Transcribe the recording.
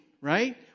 right